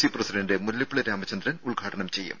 C president Mullappally Ramachandran ഉദ്ഘാടനം ചെയ്യും